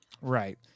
right